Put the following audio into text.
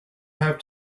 have